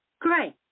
Great